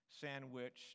sandwiched